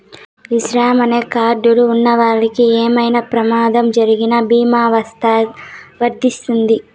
ఈ శ్రమ్ అనే కార్డ్ లు ఉన్నవాళ్ళకి ఏమైనా ప్రమాదం జరిగిన భీమా వర్తిస్తుంది